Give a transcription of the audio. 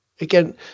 again